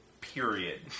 period